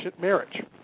marriage